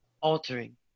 altering